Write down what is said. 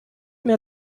mehr